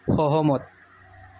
সহমত